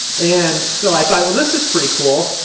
and so, i thought, well, this is pretty cool.